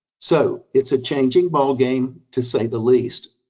so it's a changing ball game, to say the least.